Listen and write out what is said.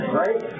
right